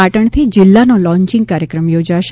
પાટણથી જિલ્લાનો લોન્ચીંગ કાર્યક્રમ યોજાશે